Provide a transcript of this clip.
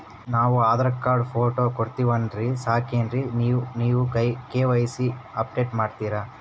ನಾವು Aadhaar card, photo ಕೊಟ್ಟೀವಂದ್ರ ಸಾಕೇನ್ರಿ ನೀವ ಕೆ.ವೈ.ಸಿ ಅಪಡೇಟ ಮಾಡ್ತೀರಿ?